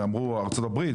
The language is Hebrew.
אמרו ארצות הברית,